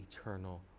eternal